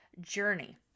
journey